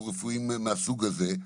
או רפואיים מהסוג הזה,